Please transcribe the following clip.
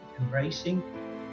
embracing